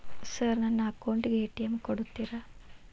Sir ನನ್ನ account ಗೆ ATM ಕೊಡುತ್ತೇರಾ?